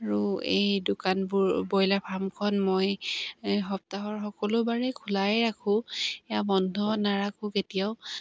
আৰু এই দোকানবোৰ ব্ৰইলাৰ ফাৰ্মখন মই সপ্তাহৰ সকলোবাৰেই খোলাই ৰাখোঁ এয়া বন্ধ নাৰাখোঁ কেতিয়াও